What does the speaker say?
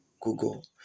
Google